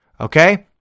Okay